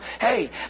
hey